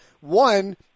One